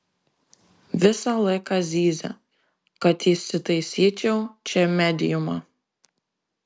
visą laiką zyzia kad įsitaisyčiau čia mediumą